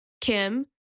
Kim